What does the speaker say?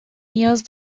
نیاز